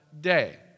day